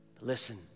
Listen